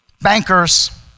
bankers